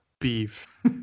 beef